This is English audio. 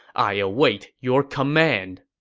i await your command.